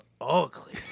ugly